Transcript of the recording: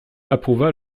approuva